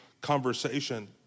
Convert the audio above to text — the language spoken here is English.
conversation